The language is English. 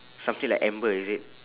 something like amber is it